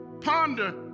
ponder